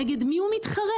נגד מי הוא מתחרה?